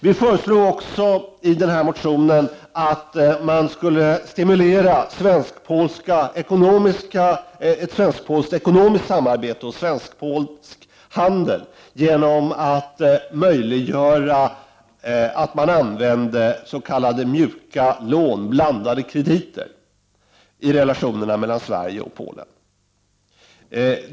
Vi föreslog också i den här motionen att Sverige skulle stimulera ett svenskt-polskt ekonomiskt samarbete och svensk-polsk handel genom att möjliggöra användning av s.k. mjuka lån, blandade krediter, i relationerna mellan Sverige och Polen.